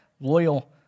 loyal